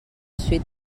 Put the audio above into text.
sweet